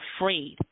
afraid